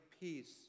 peace